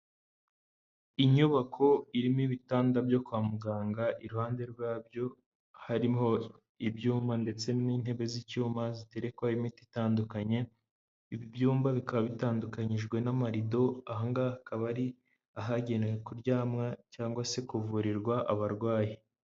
Inyubako irimo ibitanda byo kwa muganga, iruhande rwabyo harimo ibyuma ndetse n'intebe z'icyuma ziterekwaho imiti itandukanye, ibi ibyumba bikaba bitandukanyijwe n'amarido, aha ngaha akaba ari ahagenewe kuryamwa cyangwa se kuvurirwa abarwayi.